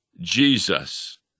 Jesus